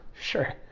Sure